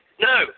No